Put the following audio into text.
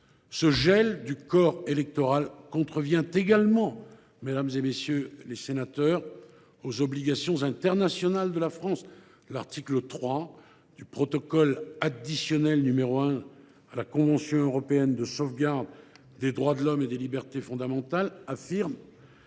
ce gel du corps électoral contrevient également aux obligations internationales de la France. L’article 3 du protocole additionnel n° 1 à la Convention européenne de sauvegarde des droits de l’homme et des libertés fondamentales affirme